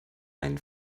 ein